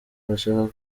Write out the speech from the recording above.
arashaka